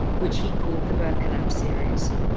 which he called the burkean our series.